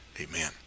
Amen